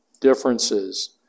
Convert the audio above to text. differences